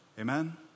Amen